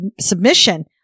submission